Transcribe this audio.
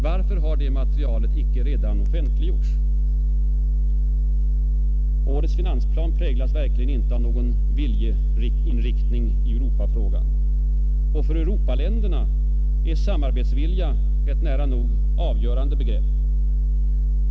Varför har icke detta material redan offentliggjorts? Årets finansplan präglas verkligen inte av någon viljeinriktning i Europafrågan. Och för Europaländerna är samarbetsvilja ett nära nog avgörande begrepp.